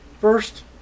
first